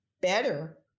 better